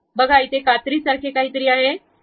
कात्रीसारखे काहीतरी आहे